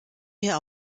mir